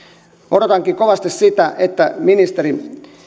odotankin kovasti sitä että ministeri